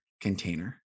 container